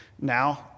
Now